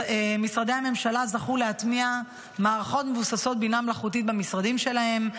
משרדי הממשלה זכו להטמיע מערכות מבוססות בינה מלאכותית במשרדים שלהם,